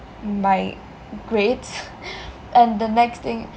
my grades and the next thing